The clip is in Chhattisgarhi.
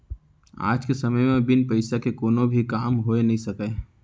आज के समे म बिन पइसा के कोनो भी काम होइ नइ सकय